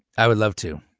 i would love to,